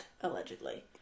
allegedly